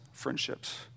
friendships